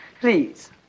Please